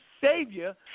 Savior